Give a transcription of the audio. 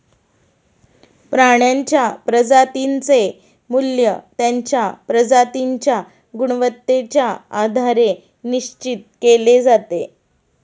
प्राण्यांच्या प्रजातींचे मूल्य त्यांच्या प्रजातींच्या गुणवत्तेच्या आधारे निश्चित केले जाते